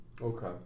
Okay